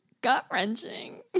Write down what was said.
Gut-wrenching